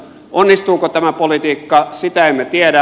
onnistuuko tämä politiikka sitä emme tiedä